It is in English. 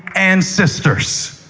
and sisters.